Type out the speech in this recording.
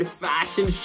fashion